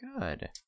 Good